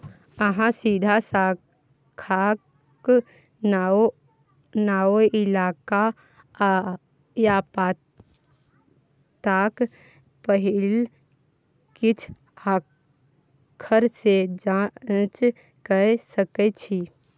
अहाँ सीधा शाखाक नाओ, इलाका या पताक पहिल किछ आखर सँ जाँच कए सकै छी